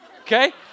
okay